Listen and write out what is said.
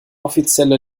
offizielle